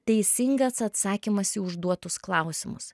teisingas atsakymas į užduotus klausimus